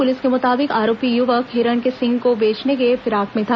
police के मुताबिक आरोपी युवक हिरण के सींग को बेचने की फिराक में था